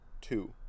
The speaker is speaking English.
two